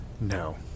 No